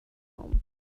home